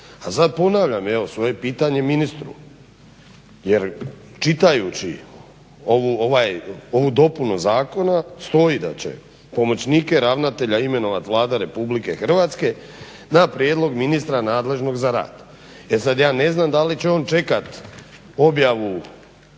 A sad ponavljam svoje pitanje ministru jer čitajući ovu dopunu zakona stoji da će pomoćnike ravnatelja imenovat Vlada Republike Hrvatske na prijedlog ministra nadležnog za rad. E sad ja ne znam da li će on čekat objavu